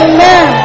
Amen